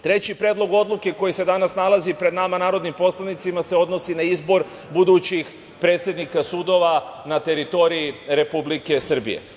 Treći predlog odluke koji se danas nalazi pred nama narodnim poslanicima se odnosi na izbor budućih predsednika sudova na teritoriji Republike Srbije.